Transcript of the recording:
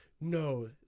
no